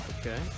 Okay